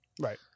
Right